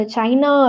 China